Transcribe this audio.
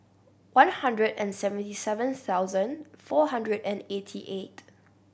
one hundred and seventy seven thousand four hundred and eighty eight